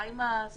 מה עם הסמכויות?